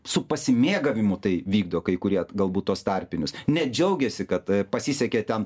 su pasimėgavimu tai vykdo kai kurie galbūt tuos tarpinius net džiaugiasi kad pasisekė ten